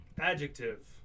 Adjective